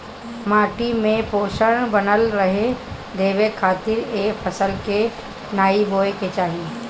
माटी में पोषण बनल रहे देवे खातिर ए फसल के नाइ बोए के चाही